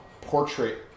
portrait